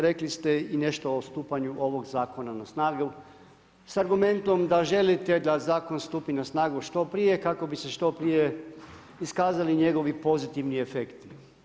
Rekli ste nešto i o stupanju ovog zakona na snagu sa argumentom da želite da zakon stupi na snagu što prije kako bi se što prije iskazali njegovi pozitivni efekti.